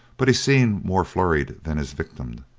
but he seemed more flurried than his victim.